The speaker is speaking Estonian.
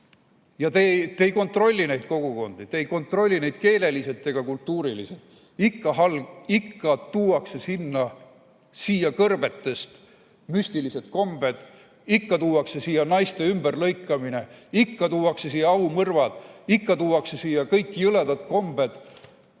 Te ei kontrolli neid kogukondi, te ei kontrolli neid keeleliselt ega kultuuriliselt. Ikka tuuakse siia kõrbetest müstilised kombed, ikka tuuakse siia naiste ümberlõikamine, ikka tuuakse siia aumõrvad, ikka tuuakse siia kõik jõledad kombed